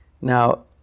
now